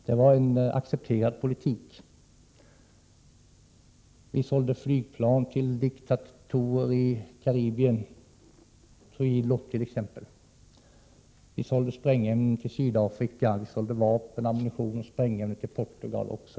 Det var en accepterad politik. Vi sålde flygplan till diktatorer i Karibien, Trujillo t.ex. Vi sålde sprängämnen till Sydafrika. Vi sålde vapen, ammunition och sprängämnen till Portugal.